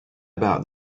about